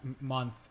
month